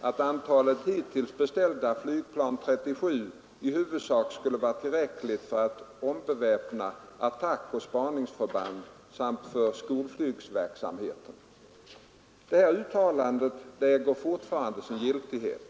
att ”antalet hittills beställda flygplan 37 i huvudsak skall vara tillräckligt för att ombeväpna attackoch spaningsförbanden samt för skolflygverksamheten”. Detta uttalande äger fortfarande sin giltighet.